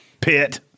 Pit